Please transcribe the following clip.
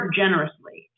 generously